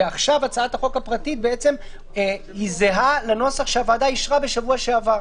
ועכשיו הצעת החוק הפרטית זהה לנוסח שהוועדה אישרה בשבוע שעבר,